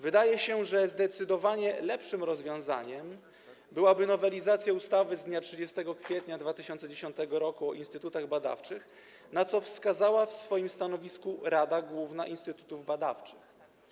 Wydaje się, że zdecydowanie lepszym rozwiązaniem byłaby nowelizacja ustawy z dnia 30 kwietnia 2010 r. o instytutach badawczych, na co wskazała w swoim stanowisku Rada Główna Instytutów Badawczych.